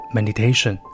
Meditation